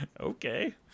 Okay